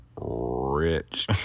rich